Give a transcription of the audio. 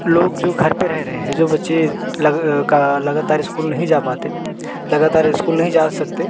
लोग जो घर पे रह रहे है जो बच्चे लग का लगातार स्कूल नहीं जा पाते लगातार स्कूल नहीं जा सकते